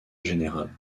général